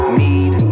need